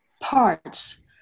parts